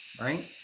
right